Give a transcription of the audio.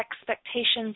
expectations